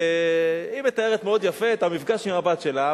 והיא מתארת מאוד יפה את המפגש עם הבת שלה,